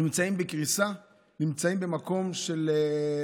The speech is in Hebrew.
הם נמצאים בקריסה,